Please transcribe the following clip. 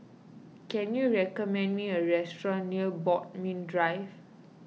can you recommend me a restaurant near Bodmin Drive